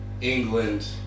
England